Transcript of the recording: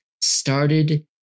started